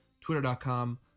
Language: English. twitter.com